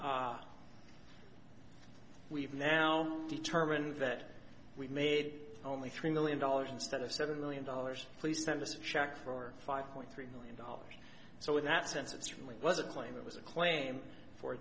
d we've now determined that we made only three million dollars instead of seven million dollars please send us a check for five point three million dollars so in that sense it's really was a claim it was a claim for